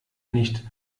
nicht